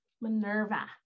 minerva